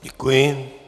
Děkuji.